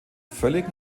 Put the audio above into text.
völlig